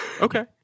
Okay